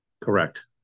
correct